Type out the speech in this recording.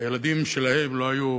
והילדים שלהם לא היו